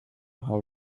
how